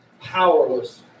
powerless